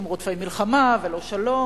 "רודפי מלחמה ולא שלום",